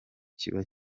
kiba